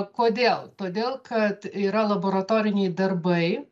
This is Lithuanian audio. kodėl todėl kad yra laboratoriniai darbai